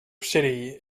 city